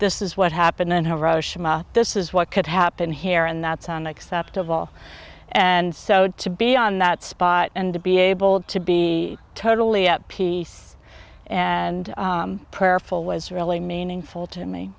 this is what happened in hiroshima this is what could happen here and that's unacceptable and so to be on that spot and to be able to be totally at peace and prayerful was really meaningful to me